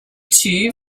two